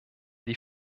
die